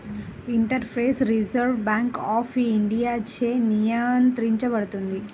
interface reserve bank of ఇండియాచే నియంత్రించబడుతుంది